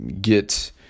get